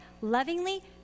lovingly